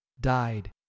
died